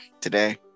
today